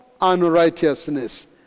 unrighteousness